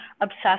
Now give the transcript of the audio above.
obsessed